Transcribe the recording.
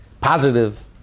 positive